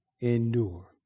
Endure